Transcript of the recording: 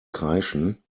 kreischen